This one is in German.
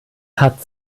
hat